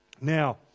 Now